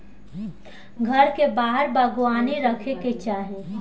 घर के बाहर बागवानी रखे के चाही